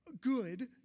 good